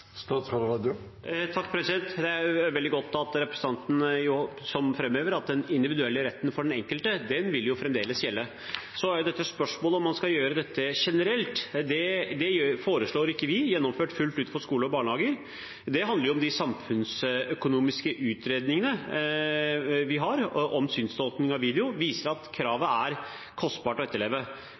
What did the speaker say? Det er veldig godt at representanten framhever at den individuelle retten for den enkelte fremdeles vil gjelde. Så er det spørsmålet om man skal gjøre dette generelt. Det foreslår vi ikke gjennomført fullt ut for skoler og barnehager. Det handler om de samfunnsøkonomiske utredningene vi har om synstolkning av video, som viser at kravet er kostbart å etterleve.